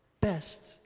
best